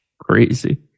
Crazy